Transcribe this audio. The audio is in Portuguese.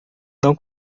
não